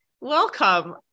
Welcome